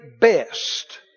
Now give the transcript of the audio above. best